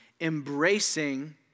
embracing